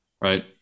Right